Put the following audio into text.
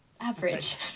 average